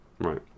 Right